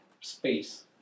space